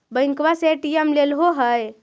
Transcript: बैंकवा से ए.टी.एम लेलहो है?